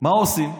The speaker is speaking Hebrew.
מה עושים?